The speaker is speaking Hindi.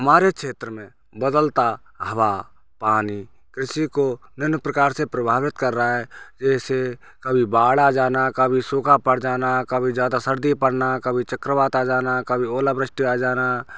हमारे क्षेत्र में बदलता हवा पानी कृषि को निम्न प्रकार से प्रभावित कर रहा है जैसे कभी बाढ़ आ जाना कभी सूखा पड़ जाना कभी ज़्यादा सर्दी पड़ना कभी चक्रवात आ जाना कभी ओलावृष्टि आ जाना